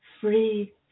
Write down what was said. free